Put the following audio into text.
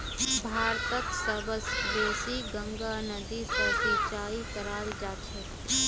भारतत सब स बेसी गंगा नदी स सिंचाई कराल जाछेक